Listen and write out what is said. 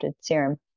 serum